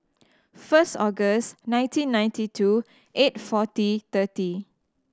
first August nineteen ninety two eight forty thirty